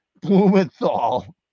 Blumenthal